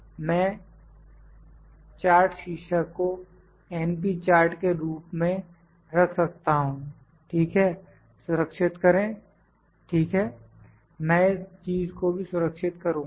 मैं चार्ट शीर्षक को np चार्ट के रूप में रख सकता हूं ठीक है सुरक्षित करें ठीक है मैं इस चीज को भी सुरक्षित करुंगा